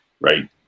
right